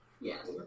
Yes